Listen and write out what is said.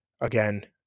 Again